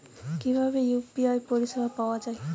কিভাবে ইউ.পি.আই পরিসেবা পাওয়া য়ায়?